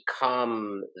become